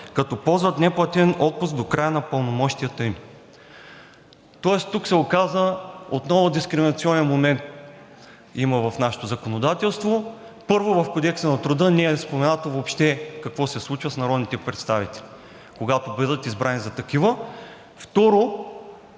като ползват неплатен отпуск до края на пълномощията им. Тоест тук се оказа отново дискриминационен момент има в нашето законодателство. Първо, в Кодекса на труда не е споменато въобще какво се случва с народните представители, когато бъдат избрани за такива. Второ,